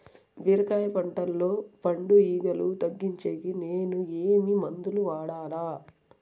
బీరకాయ పంటల్లో పండు ఈగలు తగ్గించేకి నేను ఏమి మందులు వాడాలా?